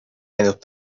näinud